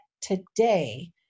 today